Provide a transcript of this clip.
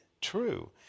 true